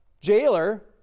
jailer